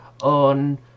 on